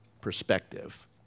perspective